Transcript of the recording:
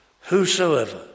whosoever